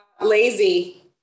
lazy